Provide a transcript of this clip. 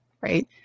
Right